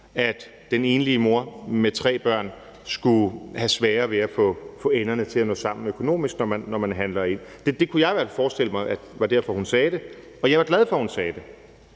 at den enlige mor med tre børn skulle have sværere ved at få enderne til at nå sammen økonomisk, når man handler ind. Det kunne jeg i hvert fald forestille mig var derfor hun sagde det, og jeg var glad for, at hun sagde det,